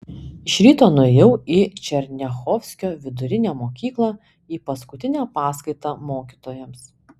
iš ryto nuėjau į černiachovskio vidurinę mokyklą į paskutinę paskaitą mokytojams